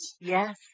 Yes